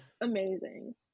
Amazing